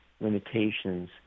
limitations